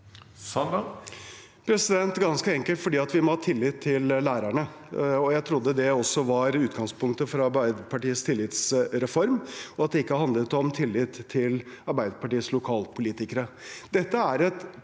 Det er ganske en- kelt fordi vi må ha tillit til lærerne. Jeg trodde det også var utgangspunktet for Arbeiderpartiets tillitsreform, og at det ikke handlet om tillit til Arbeiderpartiets lokalpolitikere.